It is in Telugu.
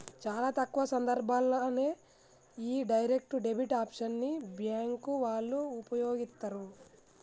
చాలా తక్కువ సందర్భాల్లోనే యీ డైరెక్ట్ డెబిట్ ఆప్షన్ ని బ్యేంకు వాళ్ళు వుపయోగిత్తరు